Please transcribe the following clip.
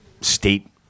state